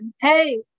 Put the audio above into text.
Hey